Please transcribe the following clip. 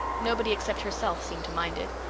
nobody except herself seemed to mind it.